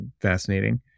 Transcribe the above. fascinating